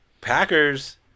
Packers